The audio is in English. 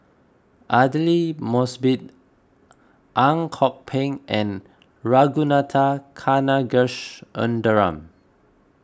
Aidli Mosbit Ang Kok Peng and Ragunathar Kanagasuntheram